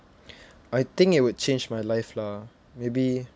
I think it would change my life lah maybe